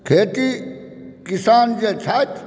खेती किसान जे छथि